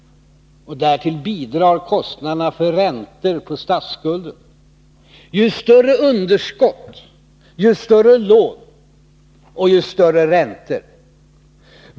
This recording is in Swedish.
Därtill bidrar kostnaderna för räntor på statsskulden, ju större underskott, ju större lån och ju större räntor.